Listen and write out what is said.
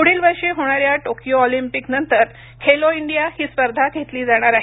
पुढील वर्षी होणाऱ्या टोकियो ऑलिम्पिक नंतर खेलो इंडिया ही स्पर्धा घेतली जाणार आहे